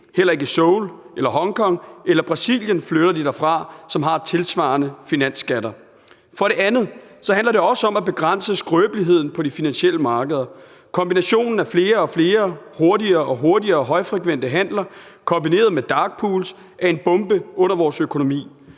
heller ikke fra Seoul, Hongkong og Brasilien, som har tilsvarende finansskatter. For det andet handler det også om at begrænse skrøbeligheden på de finansielle markeder. Kombinationen af flere og flere, hurtigere og hurtigere højfrekvente handler kombineret med dark pools er en bombe under vores økonomi.